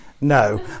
no